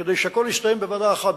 כדי שהכול יסתיים בוועדה אחת,